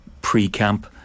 pre-camp